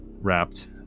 wrapped